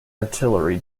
artillery